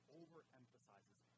overemphasizes